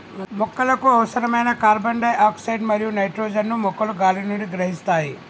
మొక్కలకు అవసరమైన carbon dioxide మరియు నైట్రోజన్ ను మొక్కలు గాలి నుండి గ్రహిస్తాయి